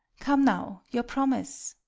come now, your promise.